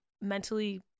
mentally